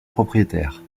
propriétaire